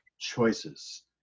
choices